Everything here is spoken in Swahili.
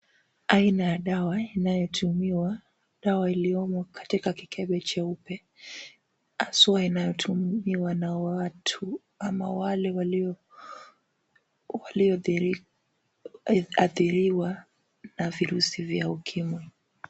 Aina ya dawa inayotumiwa. Dawa iliyomo katika kikebe cheupe, haswa inayotumiwa na watu ama wale walioathiriwa na virusi vya ukimwi.